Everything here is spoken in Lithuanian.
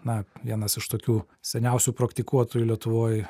na vienas iš tokių seniausių praktikuotojų lietuvoje